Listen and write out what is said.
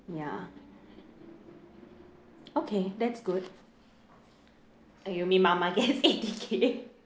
ya okay that's good uh you mean mama gets eighty K